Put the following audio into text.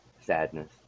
sadness